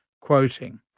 quoting